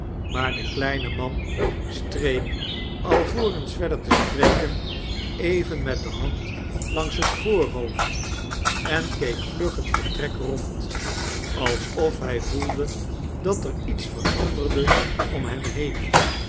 maar de kleine man streek alvorens verder te spreken even met de hand langs het voorhoofd en keek vlug het vertrek rond alsof hij voelde dat er iets veranderde om hem heen